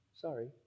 Sorry